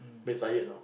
very tired know